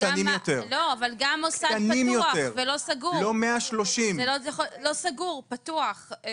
וקטנים יותר, לא 130. תודה.